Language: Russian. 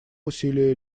усилия